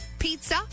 pizza